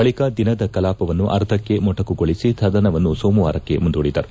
ಬಳಿಕ ದಿನದ ಕಲಾಪವನ್ನು ಅರ್ಧಕ್ಕೆ ಮೊಟಕುಗೊಳಿಸಿ ಸದನವನ್ನು ಸೋಮವಾರಕ್ಕೆ ಮುಂದೂಡಿದರು